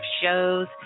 shows